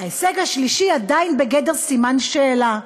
ההישג השלישי עדיין בגדר סימן שאלה: